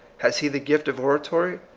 has he the gift of oratory?